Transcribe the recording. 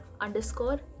underscore